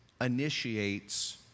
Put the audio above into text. initiates